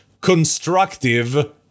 constructive